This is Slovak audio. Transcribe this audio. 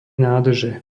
nádrže